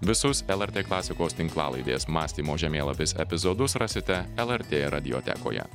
visus lrt klasikos tinklalaidės mąstymo žemėlapis epizodus rasite lrt radiotekoje